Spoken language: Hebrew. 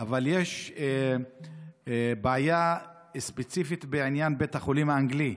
יש בעיה ספציפית בעניין בית החולים האנגלי.